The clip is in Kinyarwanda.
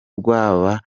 rwaba